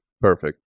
Perfect